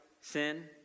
sin